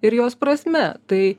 ir jos prasme tai